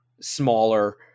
smaller